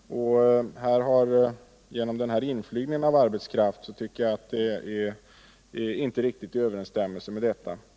Denna inflygning av arbetskraft tycker jag inte är riktigt i överensstämmelse med denna politik.